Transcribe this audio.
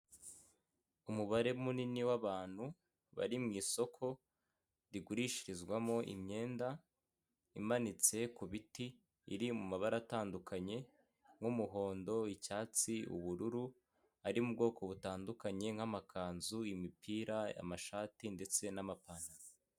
Umubare munini w'abantu bari mu isoko rigurishirizwamo imyenda imanitse ku biti iri mabara atandukanye nk'umuhondo, icyatsi, ubururu ari mu bwoko butandukanye nk'amakanzu, imipira, amashati ndetse n'amapantaro.